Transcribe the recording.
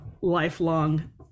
lifelong